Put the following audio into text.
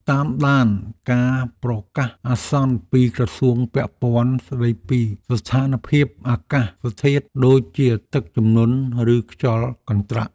តាមដានការប្រកាសអាសន្នពីក្រសួងពាក់ព័ន្ធស្តីពីស្ថានភាពអាកាសធាតុដូចជាទឹកជំនន់ឬខ្យល់កន្ត្រាក់។